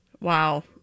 Wow